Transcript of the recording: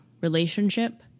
relationship